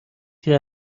تیر